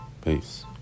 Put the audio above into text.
Peace